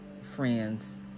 friends